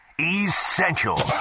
Essential